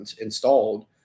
installed